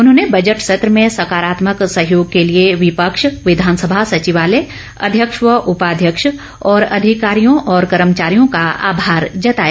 उन्होंने बजट सत्र में सकारात्मक सहयोग के लिए विपक्ष विधानसभा सचिवालय अध्यक्ष व उपाध्यक्ष और अधिकारियों कर्मचारियों का आभार जताया